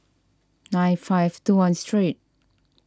nine five two one street